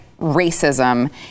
racism